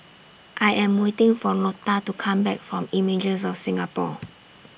I Am waiting For Lota to Come Back from Images of Singapore